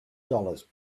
dollars